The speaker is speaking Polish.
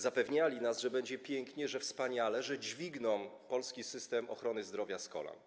Zapewniali nas, że będzie pięknie, wspaniale, że dźwigną polski system ochrony zdrowia z kolan.